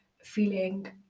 feeling